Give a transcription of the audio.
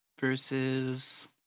versus